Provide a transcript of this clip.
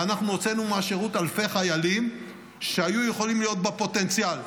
ואנחנו הוצאנו מהשירות אלפי חיילים שהיו יכולים להיות בפוטנציאל.